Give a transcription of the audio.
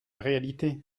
réalité